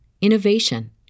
innovation